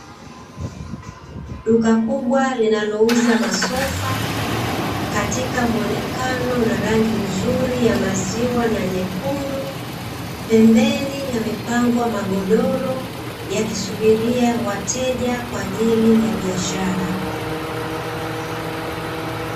Duka kubwa linalouza masofa katika muonekano wa rangi nzuri ya maziwa na nyekundu, pembeni yamepangwa magodoro yakisubiria wateja kwa ajili ya biashara.